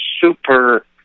super